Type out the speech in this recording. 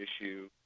issue